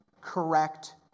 correct